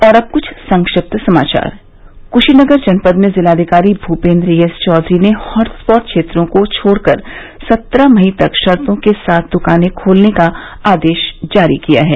और अब कुछ संक्षिप्त समाचार क्शीनगर जनपद में जिलाधिकारी भूपेन्द्र एस चौधरी ने हॉटस्पॉट क्षेत्रों को छोड़कर सत्रह मई तक शर्तो के साथ द्कानें खोलने का आदेश जारी किया है